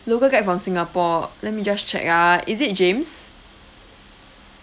local guide from singapore let me just check ah is it james